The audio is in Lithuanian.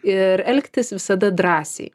ir elgtis visada drąsiai